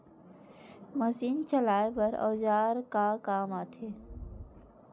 Machine चलाए बर औजार का काम आथे?